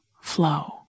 flow